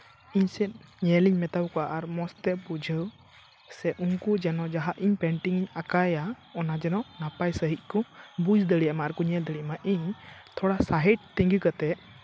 ᱤᱧ ᱥᱮᱜ ᱧᱮᱞ ᱤᱧ ᱢᱮᱛᱟ ᱠᱚᱣᱟ ᱟᱨ ᱢᱚᱡᱽ ᱛᱮ ᱵᱩᱡᱷᱟᱹᱣ ᱥᱮ ᱩᱱᱠᱩ ᱡᱮᱱᱚ ᱡᱟᱦᱟᱸ ᱤᱧ ᱯᱮᱱᱴᱤᱝ ᱟᱸᱠᱟᱭᱟ ᱚᱱᱟ ᱡᱮᱱᱚ ᱱᱟᱯᱟᱭ ᱥᱟᱺᱦᱤᱡ ᱠᱚ ᱵᱩᱡᱽ ᱫᱟᱲᱮᱭᱟᱜ ᱢᱟ ᱟᱨ ᱠᱚ ᱧᱮᱞ ᱫᱟᱲᱮᱭᱟᱜ ᱢᱟ ᱟᱨ ᱤᱧ ᱛᱷᱚᱲᱟ ᱥᱟᱭᱤᱴ ᱛᱤᱸᱜᱩ ᱠᱟᱛᱮᱜ